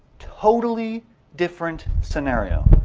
totally different scenario.